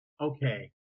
okay